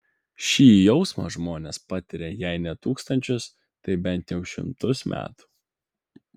šį jausmą žmonės patiria jei ne tūkstančius tai bent jau šimtus metų